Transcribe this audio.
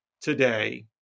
today